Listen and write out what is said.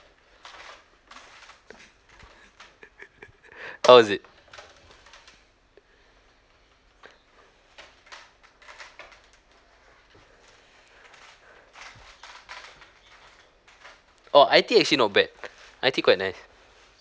how is it orh itea actually not bad itea quite nice